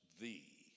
thee